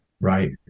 Right